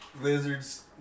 lizards